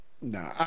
No